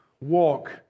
walk